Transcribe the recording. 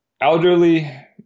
elderly